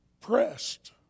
Pressed